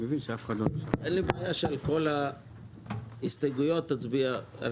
אין לי בעיה של כל ההסתייגויות אצביע על